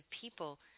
people